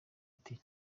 ati